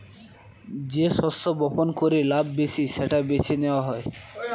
যে শস্য বপন করে লাভ বেশি সেটা বেছে নেওয়া হয়